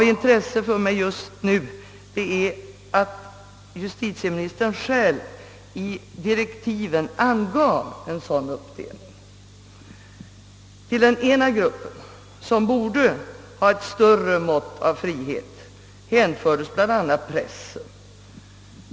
Av intresse för mig just nu är att justitieministern själv i direktiven angav en sådan uppdelning. Till den ena gruppen, den som borde ha ett större mått av frihet, hänföres bl.a. pressen.